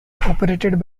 operated